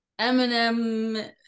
Eminem